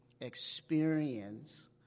experience